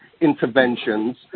interventions